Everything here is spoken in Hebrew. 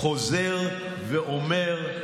חוזר ואומר: